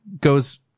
goes